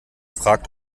fragt